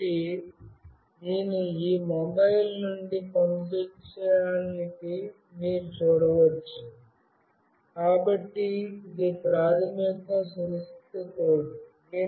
కాబట్టి నేను ఈ మొబైల్ నుండి పంపించానని మీరు చూడవచ్చు కాబట్టి ఇది ప్రాథమికంగా సురక్షిత కోడ్ కాదు